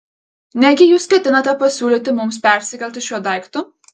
negi jūs ketinate pasiūlyti mums persikelti šiuo daiktu